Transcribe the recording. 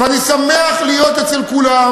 ואני שמח להיות אצל כולם,